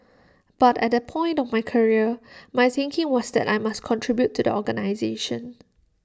but at that point of my career my thinking was that I must contribute to the organisation